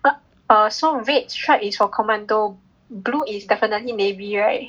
err so red stripe is for commando blue is definitely navy right